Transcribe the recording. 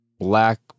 black